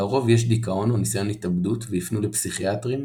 לרוב יש דכאון או ניסיון התאבדות ויפנו לפסיכיאטרים,